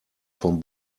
vom